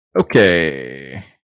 okay